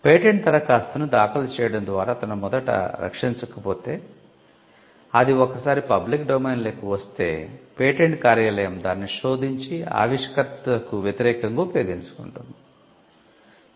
patent దరఖాస్తును దాఖలు చేయడం ద్వారా అతను మొదట రక్షించకపోతే అది ఒక్క సారి పబ్లిక్ డొమైన్లోకి వస్తే పేటెంట్ కార్యాలయం దానిని శోధించి ఆవిష్కర్తకు వ్యతిరేకంగా ఉపయోగించుకుంటుంది